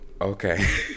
Okay